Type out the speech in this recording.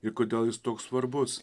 ir kodėl jis toks svarbus